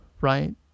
right